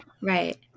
Right